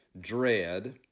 dread